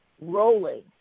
rolling